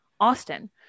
Austin